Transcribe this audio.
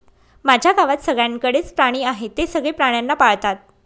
माझ्या गावात सगळ्यांकडे च प्राणी आहे, ते सगळे प्राण्यांना पाळतात